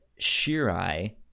shirai